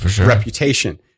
reputation